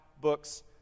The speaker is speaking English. books